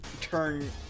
turn